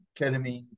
ketamine